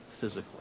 physically